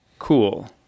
Cool